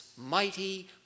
mighty